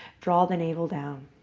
draw the navel down.